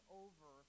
over